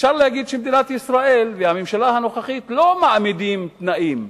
אפשר להגיד שמדינת ישראל והממשלה הנוכחית לא מעמידות תנאים,